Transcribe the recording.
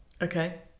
okay